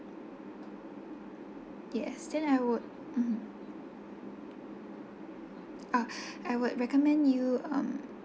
yes then I would mmhmm ah I would recommend you um